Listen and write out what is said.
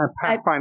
Pathfinder